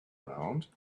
around